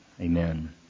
Amen